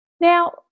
Now